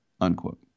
unquote